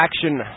action